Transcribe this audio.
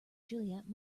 juliet